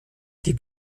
die